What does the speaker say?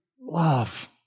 love